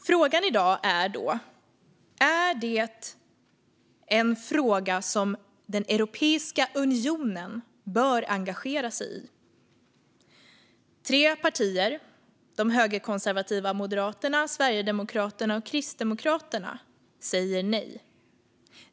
Frågan i dag är då: Är detta en fråga som Europeiska unionen bör engagera sig i? Tre partier, de högerkonservativa Moderaterna, Sverigedemokraterna och Kristdemokraterna, säger nej.